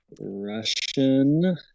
Russian